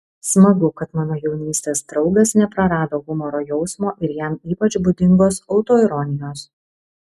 smagu kad mano jaunystės draugas neprarado humoro jausmo ir jam ypač būdingos autoironijos